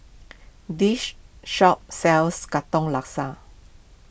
this shop sells Katong Laksa